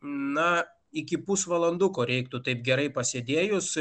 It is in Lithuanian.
na iki pusvalanduko reiktų taip gerai pasėdėjus